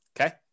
Okay